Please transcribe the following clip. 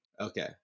Okay